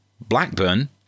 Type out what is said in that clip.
Blackburn